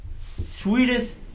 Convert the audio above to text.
sweetest